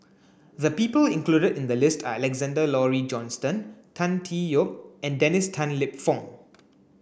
the people included in the list are Alexander Laurie Johnston Tan Tee Yoke and Dennis Tan Lip Fong